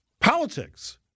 Politics